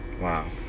Wow